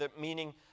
meaning